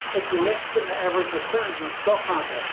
it's less than the average returns in the stock market.